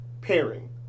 pairing